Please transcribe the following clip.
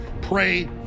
pray